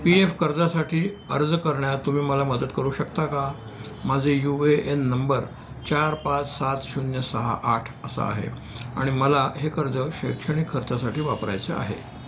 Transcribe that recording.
P F कर्जासाठी अर्ज करण्यात तुम्ही मला मदत करू शकता का माझे यू ए एन नंबर चार पाच सात शून्य सहा आठ असं आहे आणि मला हे कर्ज शैक्षणिक खर्चासाठी वापरायचं आहे